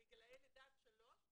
בגילאי לידה עד שלוש.